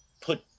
put